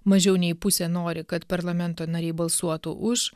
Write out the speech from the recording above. mažiau nei pusė nori kad parlamento nariai balsuotų už